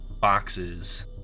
boxes